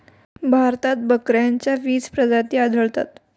भारतात बकऱ्यांच्या वीस प्रजाती आढळतात